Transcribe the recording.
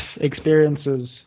experiences